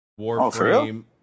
Warframe